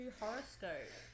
horoscope